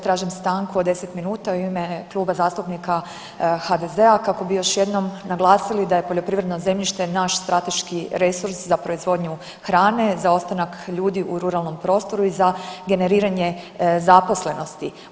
Tražim stanku od 10 minuta u ime Kluba zastupnika HDZ-a kako bi još jednom naglasili da je poljoprivredno zemljište naš strateški resurs za proizvodnju hrane, za ostanak ljudi u ruralnom prostoru i za generiranje zaposlenosti.